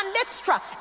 extra